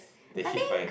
they hit by